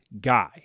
guy